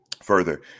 Further